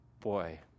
Boy